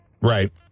right